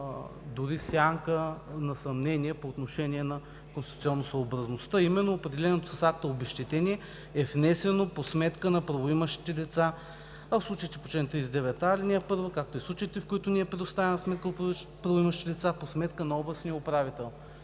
дори сянка на съмнение по отношение на конституционосъобразността, а именно „определеното с акта обезщетение е внесено по сметка на правоимащите лица, а в случаите по чл. 39а, ал. 1, както и в случаите, в които не е предоставена сметка от правоимащите лица – по сметка на областния управител.“